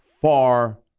far